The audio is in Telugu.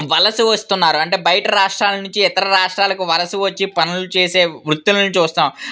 పలస వస్తున్నారు అంటే బయట రాష్ట్రాల నుంచి ఇతర రాష్ట్రాలకు వలస వచ్చి పనులు చేసే వృత్తులను చూస్తాం